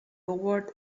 award